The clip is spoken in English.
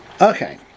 Okay